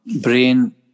brain